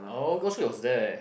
oh so it was there